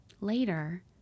Later